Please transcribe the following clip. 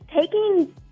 taking